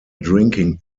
drinking